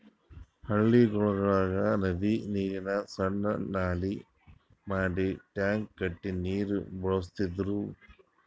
ಹಳ್ಳಿಗೊಳ್ದಾಗ್ ನದಿ ನೀರಿಗ್ ಸಣ್ಣು ನಾಲಿ ಮಾಡಿ ಟ್ಯಾಂಕ್ ಕಟ್ಟಿ ನೀರ್ ಬಳಸ್ತಿದ್ರು